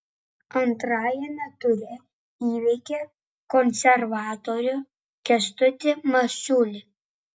antrajame ture įveikė konservatorių kęstutį masiulį